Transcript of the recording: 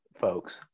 folks